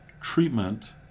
Treatment